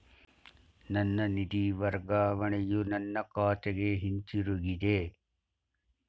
ನನ್ನ ನಿಧಿ ವರ್ಗಾವಣೆಯು ನನ್ನ ಖಾತೆಗೆ ಹಿಂತಿರುಗಿದೆ